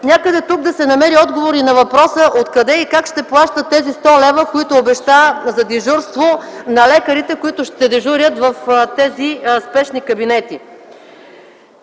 Някъде тук трябва да се намери отговор и на въпроса: откъде и как ще плаща тези 100 лв., които обеща за дежурство на лекарите, които ще дежурят в тези спешни кабинети?